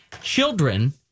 children